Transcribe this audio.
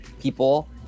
people